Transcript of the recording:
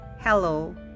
hello